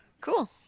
Cool